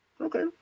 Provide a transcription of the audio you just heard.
Okay